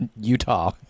Utah